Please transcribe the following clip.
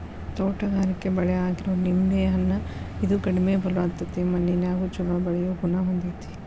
ತೋಟಗಾರಿಕೆ ಬೆಳೆ ಆಗಿರೋ ಲಿಂಬೆ ಹಣ್ಣ, ಇದು ಕಡಿಮೆ ಫಲವತ್ತತೆಯ ಮಣ್ಣಿನ್ಯಾಗು ಚೊಲೋ ಬೆಳಿಯೋ ಗುಣ ಹೊಂದೇತಿ